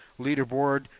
leaderboard